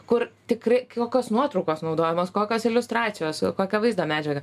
kur tikrai kokios nuotraukos naudojamos kokios iliustracijos kokia vaizdo medžiaga